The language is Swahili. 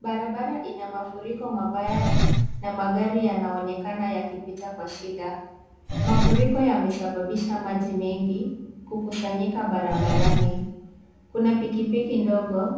Barabara ina mafuriko mabaya na magari yanaonekana yakipita kwa shida. Mafuriko yamesababisha maji mengi kukusanyika barabarani. Kuna pikipiki ndogo